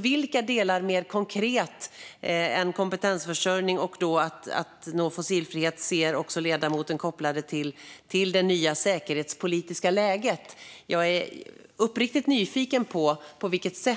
Vilka delar, mer konkret, än kompetensförsörjning och att nå fossilfrihet ser ledamoten kopplade till det nya säkerhetspolitiska läget? Vi behöver värna och utveckla